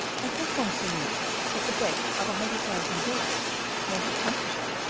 i think, monseigneur, that the bait of a hundred thousand guilders may have tempted her.